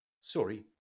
sorry